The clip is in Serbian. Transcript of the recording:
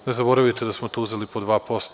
Ne zaboravite da smo tu uzeli po 2%